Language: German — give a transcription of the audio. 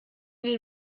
den